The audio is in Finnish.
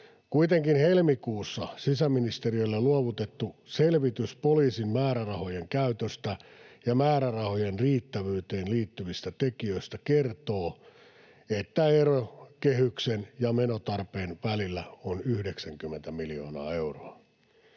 Kuitenkin helmikuussa sisäministeriölle luovutettu selvitys poliisin määrärahojen käytöstä ja määrärahojen riittävyyteen liittyvistä tekijöistä kertoo, että ero kehyksen ja menotarpeen välillä on 90 miljoonaa euroa.